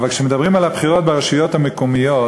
אבל כשמדברים על הבחירות ברשויות המקומיות